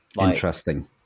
Interesting